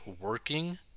working